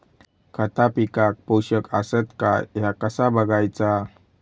खता पिकाक पोषक आसत काय ह्या कसा बगायचा?